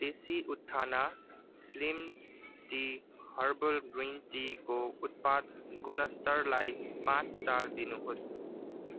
देसी उत्थाना slim tea herbal green टीको उत्पाद गुणस्तरलाई पाँच स्टार दिनुहोस्